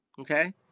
Okay